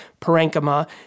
parenchyma